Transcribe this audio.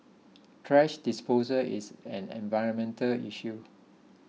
thrash disposal is an environmental issue